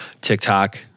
TikTok